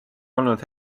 olnud